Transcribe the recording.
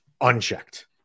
unchecked